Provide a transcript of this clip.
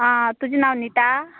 आं तुजे नांव निता